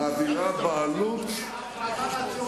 יש לו זכות.